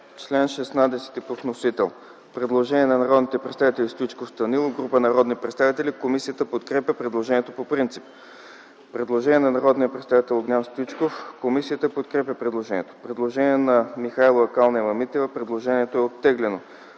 Член 16 по вносител. Има предложение на народните представители Стоичков, Станилов и група народни представители. Комисията подкрепя предложението по принцип. Има предложение на народния представител Огнян Стоичков. Комисията подкрепя предложението. Има предложение на Михайлова и Калнева-Митева. Предложението е оттеглено.